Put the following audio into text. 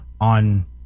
on